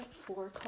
four